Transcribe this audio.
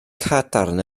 cadarn